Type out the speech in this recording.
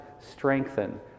strengthen